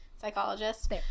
psychologist